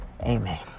Amen